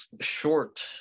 short